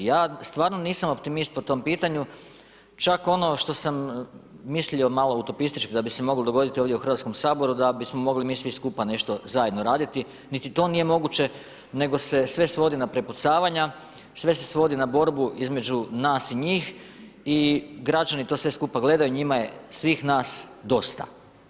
Ja stvar nisam optimist po tom pitanju, čak ono što sam mislio malo utopistički da bi se moglo dogoditi ovdje u Hrvatskom saboru da bismo mogli mi svi skupa nešto zajedno raditi, niti to nije moguće nego se sve svodi na prepucavanja, sve se svodi na borbu između nas i njih i građani to sve skupa gledaju, njima je svih nas dosta.